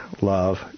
love